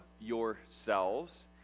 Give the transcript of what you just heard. yourselves